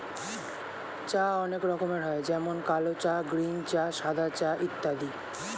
চা অনেক রকমের হয় যেমন কালো চা, গ্রীন চা, সাদা চা ইত্যাদি